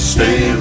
Stay